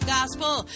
gospel